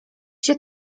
się